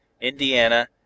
Indiana